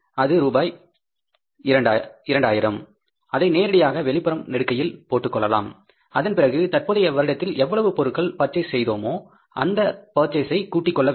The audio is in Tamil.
அது ரூபாய் 20000 அதை நேரடியாக வெளிப்புறம் நெடுக்கையில் போட்டுக்கொள்ளலாம் அதன் பிறகு தற்போதைய வருடத்தில் எவ்வளவு பொருட்கள் பர்சேஸ் செய்தோமோ அந்த பர்சேசை கூட்டிக் கொள்ளலாம்